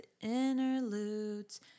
Interludes